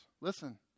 listen